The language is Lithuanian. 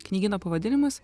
knygyno pavadinimas